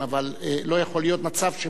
אבל לא יכול להיות מצב שבו,